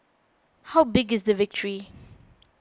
how big is the victory